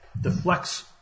deflects